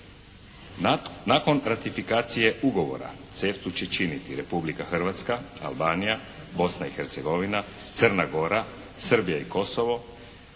Nakon ratifikacije ugovora CEFTA-u će činiti Republika Hrvatska, Albanija, Bosna i Hercegovina, Crna Gora, Srbija i Kosovo,